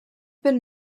been